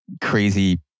crazy